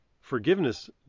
Forgiveness